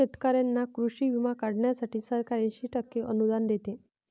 शेतकऱ्यांना कृषी विमा काढण्यासाठी सरकार ऐंशी टक्के अनुदान देते